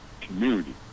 community